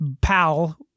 pal